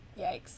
Yikes